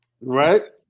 right